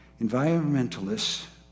environmentalists